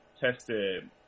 tested